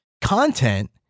content